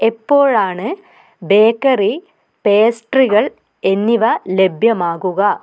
എപ്പോഴാണ് ബേക്കറി പേസ്ട്രികൾ എന്നിവ ലഭ്യമാകുക